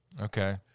Okay